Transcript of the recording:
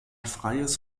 freies